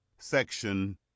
section